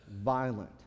violent